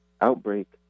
outbreak